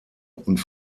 und